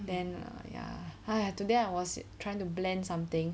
then ya today I was trying to blend something